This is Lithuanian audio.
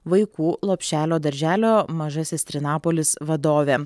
vaikų lopšelio darželio mažasis trinapolis vadovė